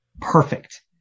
perfect